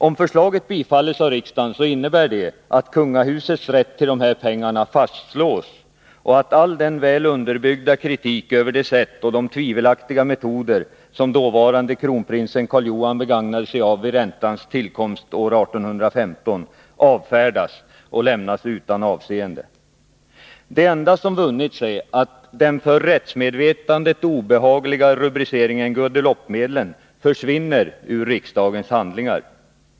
Om förslaget bifalles av riksdagen, innebär det att kungahusets rätt till de här pengarna fastslås och att all den väl underbyggda kritik över det sätt och de tvivelaktiga metoder som dåvarande kronprins Karl Johan begagnade sig av vid räntans tillkomst år 1815 avfärdas och lämnas utan avseende. Det enda som vunnits är att den för rättsmedvetandet obehagliga rubriceringen ”Guadelopemedlen” försvinner ur riksdagens handlingar.